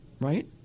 right